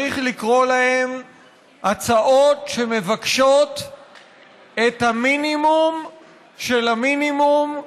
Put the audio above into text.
צריך לקרוא להן הצעות שמבקשות את המינימום של המינימום,